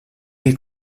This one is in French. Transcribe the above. est